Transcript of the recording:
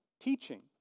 teaching